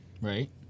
Right